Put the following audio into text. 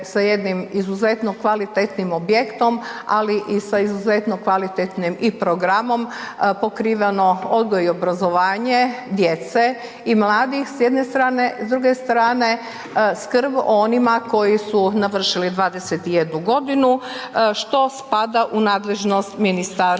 sa jednim izuzetno kvalitetnim objektom, ali i sa izuzetno kvalitetnim i programom pokriveno odgoj i obrazovanje djece i mladih s jedne strane. S druge strane skrb o onima koji su navršili 21 godinu, što spada u nadležnost Ministarstva